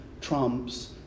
trumps